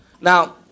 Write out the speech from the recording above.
Now